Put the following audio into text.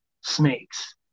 snakes